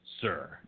sir